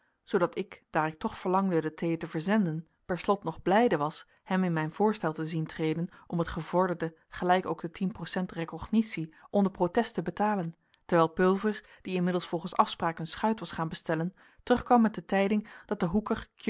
zoodat ik daar ik toch verlangde de thee te verzenden per slot nog blijde was hem in mijn voorstel te zien treden om het gevorderde gelijk ook de procent recognitie onder protest te betalen terwijl pulver die inmiddels volgens afspraak een schuit was gaan bestellen terugkwam met de tijding dat de hoeker